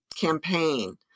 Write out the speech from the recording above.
campaign